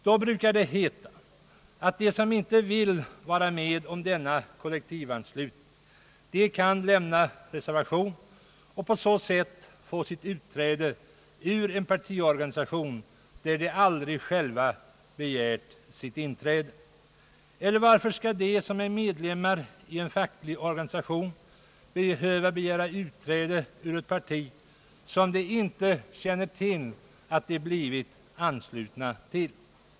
Då brukar det genmälas, att de som inte vill vara med om denna kollektivanslutning kan avge reservation och på så sätt få sitt utträde ur en partiorganisation som de aldrig själva begärt att få inträda i. Varför skall de, som är medlemmar i en facklig organisation, behöva begära utträde ur ett parti som de anslutits till utan att själva känna till det?